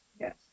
Yes